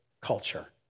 culture